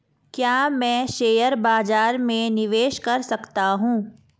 क्या मैं शेयर बाज़ार में निवेश कर सकता हूँ?